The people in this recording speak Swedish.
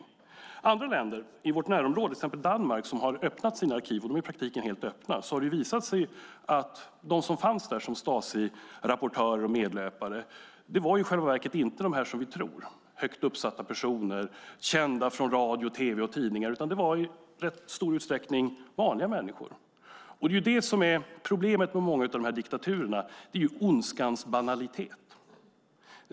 I andra länder i vårt närområde, till exempel Danmark, som nu i praktiken har helt öppna arkiv, har det visat sig att de som fanns med som Stasirapportörer och medlöpare i själva verket inte var de vi trodde. Det var inte högt uppsatta personer kända från radio, tv och tidningar. Det var i rätt stor utsträckning vanliga människor. Problemet i många av dessa diktaturer är ondskans banalitet.